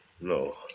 No